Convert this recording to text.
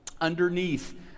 underneath